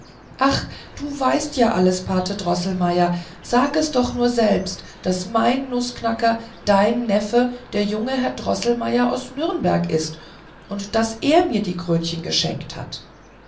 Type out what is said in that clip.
ach du weißt ja alles pate droßelmeier sag es doch nur selbst daß mein nußknacker dein neffe der junge herr droßelmeier aus nürnberg ist und daß er mir die krönchen geschenkt hat